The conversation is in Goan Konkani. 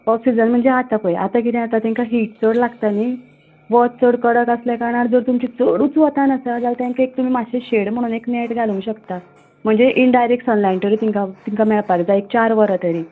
ऑफ सिजन म्हणजे आतां पळय आतां किदें जाता आतां तेंकां हीट लागता न्हय वत चड कडक आसल्या कारणान जर तुमी चडूच वतान आसा जाल्या तेंकां मातशें तुमी शेड म्हणून तुमी एक नॅट घालूंक शकता म्हणजे इनडायरेक्ट सनलायट तरी तेंकां मेळपाक जाय न्हय चार वरां तरी